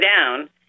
down